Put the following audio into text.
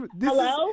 hello